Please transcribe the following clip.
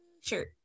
Sure